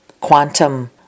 quantum